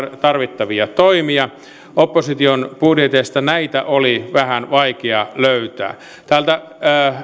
tarvittavia toimia opposition budjeteista näitä oli vähän vaikea löytää täältä